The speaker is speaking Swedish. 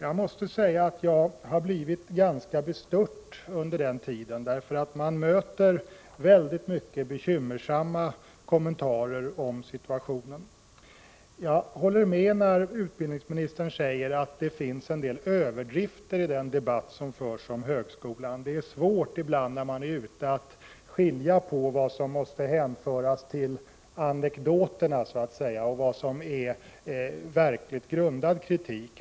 Jag måste säga att jag under den tiden har blivit ganska bestört, eftersom jag fått höra väldigt många bekymmersamma kommentarer om situationen. Jag håller med utbildningsministern när han säger att det finns en del överdrifter i den debatt som förs om högskolan. Ibland är det svårt att skilja på vad som måste klassificeras som ”anekdoter” och vad som är verkligt grundad kritik.